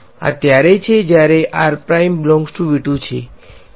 આ ત્યારે છે જ્યારે છે